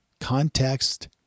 Context